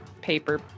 paper